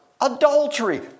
adultery